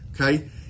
okay